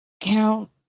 count